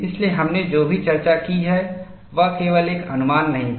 इसलिए हमने जो भी चर्चा की है वह केवल एक अनुमान नहीं था